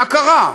מה קרה?